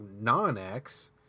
non-X